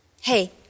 Hey